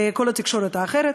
בכל התקשורת האחרת.